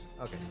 Okay